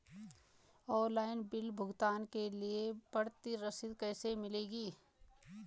Online bill भुगतान के बाद प्रति रसीद कैसे मिलेगी?